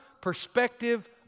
perspective